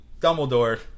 dumbledore